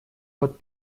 под